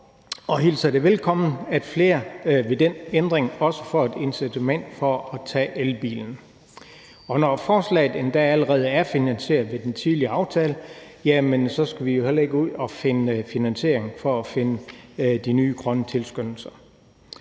og hilser det velkommen, at flere ved den ændring også får et incitament til at tage elbilen. Når forslaget endda allerede er finansieret med den tidligere aftale, skal vi jo heller ikke ud at finde finansiering til de nye grønne tilskyndelser.